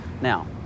Now